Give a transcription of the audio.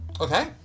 Okay